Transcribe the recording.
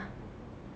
ya